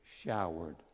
showered